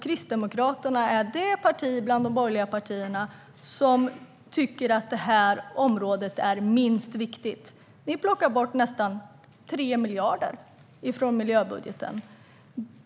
Kristdemokraterna är det parti bland de borgerliga partierna som tycker att det området är minst viktigt. Ni plockar bort nästan 3 miljarder från miljöbudgeten.